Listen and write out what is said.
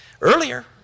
earlier